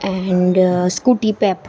and scooty pep